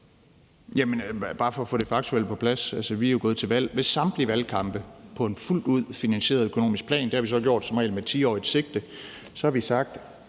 (LA): Bare for at få det faktuelle på plads, vil jeg sige, at vi jo er gået til valg i samtlige valgkampe på en fuldt ud finansieret økonomisk plan. Det har vi så som regel gjort med et 10-årigt sigte, og så har vi sagt,